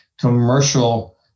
commercial